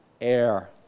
air